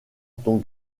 ton